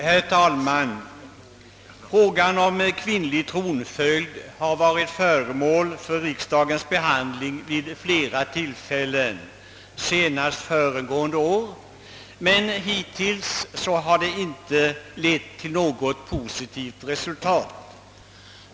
Herr talman! Frågan om kvinnlig tronföljd har varit föremål för riksdagens behandling vid flera tillfällen, senast föregående år. Men hittills har de framlagda förslagen inte lett till något positivt resultat.